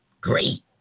great